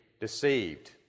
deceived